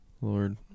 lord